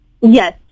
Yes